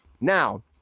Now